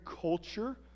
culture